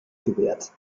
gewährt